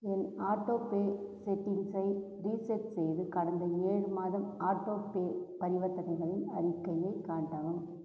என் autopay செட்டிங்ஸை reset செய்து கடந்த ஏழு மாதம் ஆட்டோபே பரிவர்த்தனைகளின் அறிக்கையைக் காட்டவும்